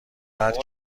بعد